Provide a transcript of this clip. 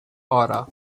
aura